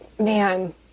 man